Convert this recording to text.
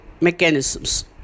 mechanisms